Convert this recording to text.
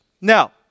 Now